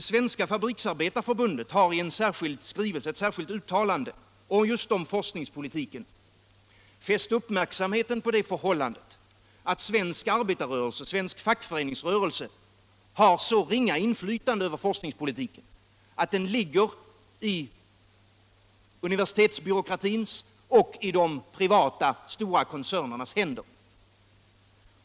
Svenska fabriksarbetareförbundet har i ett särskilt uttalande om just forskningspolitiken fäst uppmärksamheten på det för hållandet att svensk arbetarrörelse och fackföreningsrörelse har så ringa — Nr 43 inflytande över forskningspolitiken, att den ligger i universitetsbyråkra Torsdagen den tins och de privata stora koncernernas händer.